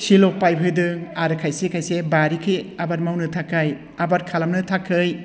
सिल' pipe होदों आरो खायसे खायसे बारिखै आबाद मावनो थाखाय आबाद खालामनो थाखाय